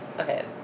Okay